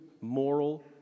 moral